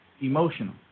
emotional